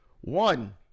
One